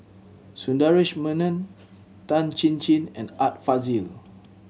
Sundaresh Menon Tan Chin Chin and Art Fazil